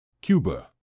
Cuba